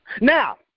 Now